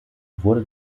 wurde